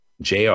JR